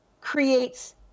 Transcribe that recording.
creates